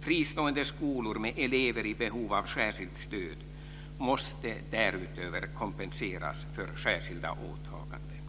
Fristående skolor med elever i behov av särskilt stöd måste därutöver kompenseras för särskilda åtaganden.